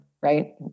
right